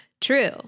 True